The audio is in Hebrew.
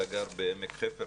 אתה גר בעמק חפר,